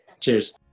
cheers